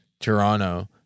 Toronto